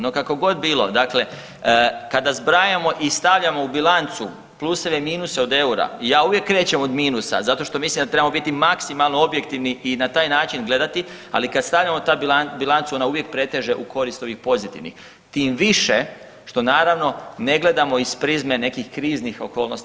No kakogod bilo kada zbrojimo i stavljamo u bilancu pluseve i minuse od eura, ja uvijek krećem od minusa zato što mislim da trebamo biti maksimalno objektivni i na taj način gledati, ali kada stavljamo ta bilancu ona uvijek preteže u korist ovih pozitivnih, tim više što naravno ne gledamo iz prizme nekih kriznih okolnosti.